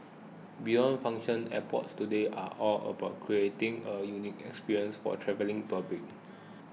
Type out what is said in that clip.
beyond function airports today are all about creating a unique experience for travelling public